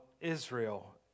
Israel